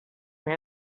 here